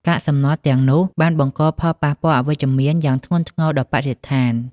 កាកសំណល់ទាំងនោះបានបង្កផលប៉ះពាល់អវិជ្ជមានយ៉ាងធ្ងន់ធ្ងរដល់បរិស្ថាន។